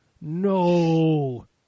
no